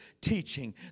teaching